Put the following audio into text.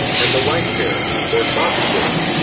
and the light-bearer or phosphor,